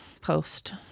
post